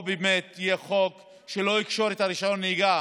או שיהיה חוב שלא יקשור את רישיון הנהיגה